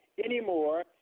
Anymore